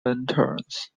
lanterns